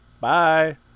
bye